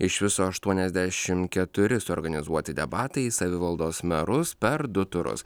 iš viso aštuoniasdešim keturi suorganizuoti debatai į savivaldos merus per du turus